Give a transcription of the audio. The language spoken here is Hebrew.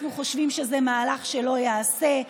אנחנו חושבים שזה מהלך שלא ייעשה,